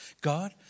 God